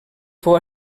fou